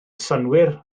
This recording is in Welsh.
synnwyr